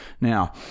Now